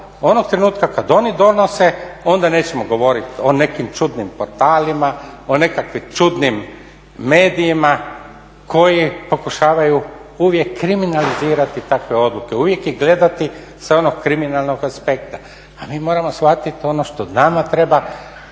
onog trenutka kad oni donose onda nećemo govoriti o nekim čudnim portalima, o nekakvim čudnim medijima koji pokušavaju uvijek kriminalizirati takve odluke, uvijek ih gledati sa onog kriminalnog aspekta. Mi moramo shvatiti ono što nama treba,